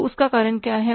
तो उसका कारण क्या है